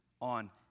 on